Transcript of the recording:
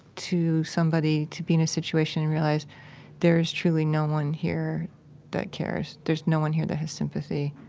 to somebody to be in a situation and realize there is truly no one here that cares? there's no one here that has sympathy.